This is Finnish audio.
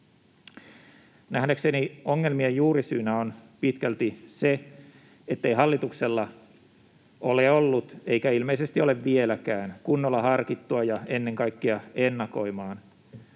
Nähdäkseni ongelmien juurisyynä on pitkälti se, ettei hallituksella ole ollut eikä ilmeisesti ole vieläkään kunnolla harkittua ja ennen kaikkea ennakoimaan